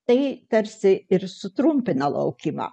tai tarsi ir sutrumpina laukimą